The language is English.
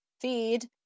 feed